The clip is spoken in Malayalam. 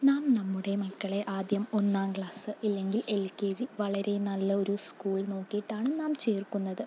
നാം നമ്മുടെ മക്കളെ ആദ്യം ഒന്നാം ക്ലാസ് ഇല്ലെങ്കിൽ എൽ കെ ജി വളരെ നല്ല ഒരു സ്കൂൾ നോക്കിയിട്ടാണ് നാം ചേർക്കുന്നത്